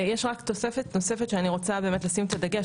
יש תוספת נוספת שאני רוצה לשים את הדגש.